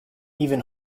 even